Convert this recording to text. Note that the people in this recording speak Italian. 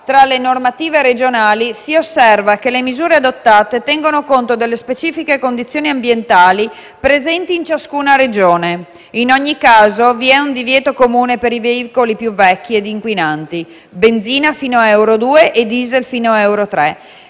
tra le normative regionali, si osserva che le misure adottate tengono conto delle specifiche condizioni ambientali presenti in ciascuna Regione. In ogni caso vi è un divieto comune per i veicoli più vecchi e inquinanti, benzina fino a euro 2 e *diesel* fino a euro 3,